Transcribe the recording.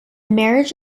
marriage